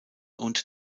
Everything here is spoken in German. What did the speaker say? und